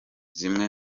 zimwe